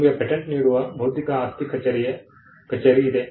ನಿಮಗೆ ಪೇಟೆಂಟ್ ನೀಡುವ ಬೌದ್ಧಿಕ ಆಸ್ತಿ ಕಚೇರಿ ಇದೆ